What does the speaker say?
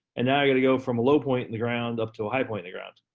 and now i gotta go from a low point in the ground, up to a high point in the ground.